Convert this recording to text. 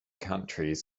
countries